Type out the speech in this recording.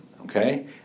okay